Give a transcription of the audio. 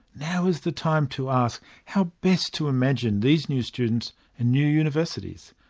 now is the time to ask how best to imagine these new students and new universities.